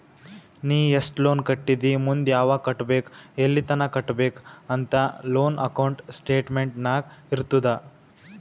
ನೀ ಎಸ್ಟ್ ಲೋನ್ ಕಟ್ಟಿದಿ ಮುಂದ್ ಯಾವಗ್ ಕಟ್ಟಬೇಕ್ ಎಲ್ಲಿತನ ಕಟ್ಟಬೇಕ ಅಂತ್ ಲೋನ್ ಅಕೌಂಟ್ ಸ್ಟೇಟ್ಮೆಂಟ್ ನಾಗ್ ಇರ್ತುದ್